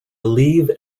leave